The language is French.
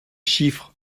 chiffres